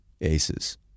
aces